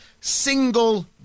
single